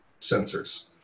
sensors